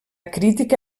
crítica